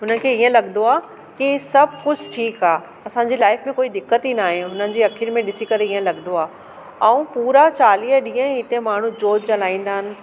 हुनखे ईअं लॻंदो आहे की सभु कुझु ठीकु आहे असांजी लाइफ में कोई दिक़त ई न आहे हुननि जी अख़ियुनि में ॾिसी करे ईअं लॻंदो आहे ऐं पूरा चालीह ॾींहं हिते माण्हू जोत जलाईंदा आहिनि